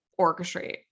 orchestrate